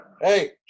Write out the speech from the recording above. Hey